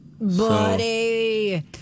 Buddy